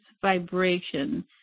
vibration